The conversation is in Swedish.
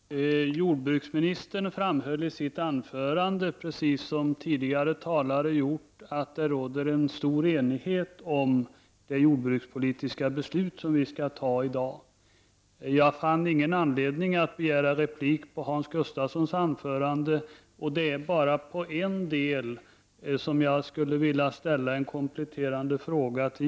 Herr talman! Jordbruksministern framhöll i sitt anförande, precis som tidigare talare har gjort, att det råder en stor enighet om det jordbrukspolitiska beslut vi i dag skall fatta. Jag fann ingen anledning att begära replik på Hans Gustafssons anförande, och det är bara på en del av jordbruksministerns anförande som jag skulle vilja ställa en kompletterande fråga.